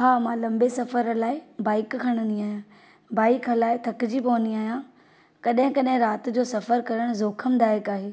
हा मां लम्बे सफ़र लाइ बाइक खणंदी आहियां बाइक हलाए थकिजी पवंदी आहियां कॾहिं कॾहिं राति जो सफ़रु करणु जोखिम दाइकु आहे